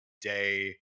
day